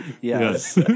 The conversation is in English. Yes